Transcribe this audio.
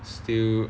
still